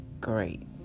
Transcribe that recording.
great